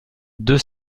deux